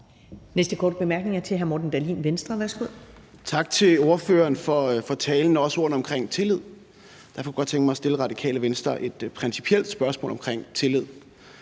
næste korte bemærkning er til hr. Morten Dahlin, Venstre. Værsgo. Kl. 11:45 Morten Dahlin (V): Tak til ordføreren for talen og ordene omkring tillid. Derfor kunne jeg godt tænke mig at stille Radikale Venstre et principielt spørgsmål omkring tillid.